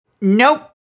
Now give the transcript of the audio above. Nope